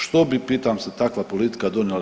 Što bi pitam se takva politika donijela RH?